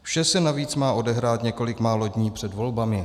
Vše se navíc má odehrát několik málo dní před volbami.